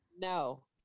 no